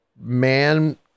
man